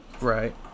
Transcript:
Right